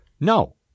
no